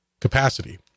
capacity